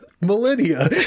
millennia